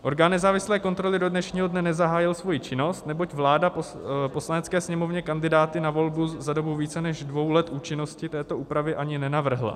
Orgán nezávislé kontroly do dnešního dne nezahájil svoji činnost, neboť vláda Poslanecké sněmovně kandidáty na volbu za dobu více než dvou let účinnosti této úpravy ani nenavrhla.